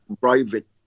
private